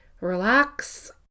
relax